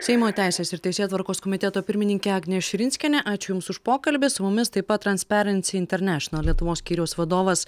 seimo teisės ir teisėtvarkos komiteto pirmininkė agnė širinskienė ačiū jums už pokalbį su mumis taip pat transperensi internešenal lietuvos skyriaus vadovas